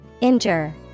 Injure